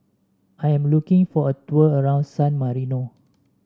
I am looking for a tour around San Marino